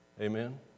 Amen